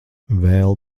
vēl